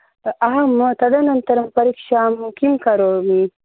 अहम् तदनन्तरं परीक्षां किं करोमि